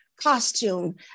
costume